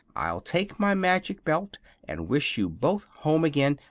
i'll take my magic belt and wish you both home again,